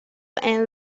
and